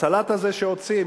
הסלט הזה שעושים,